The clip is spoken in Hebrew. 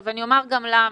אני אומר גם למה.